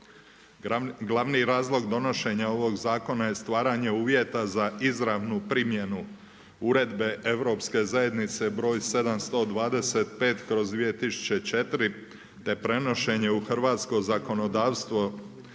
Glavni razlog donošenja ovog zakona je stvaranje uvjeta za izravnu primjenu Uredbe Europske zajednice broj 725/2004, te prenošenje u hrvatsko zakonodavstvo